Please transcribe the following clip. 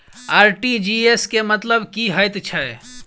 RTGS केँ मतलब की हएत छै?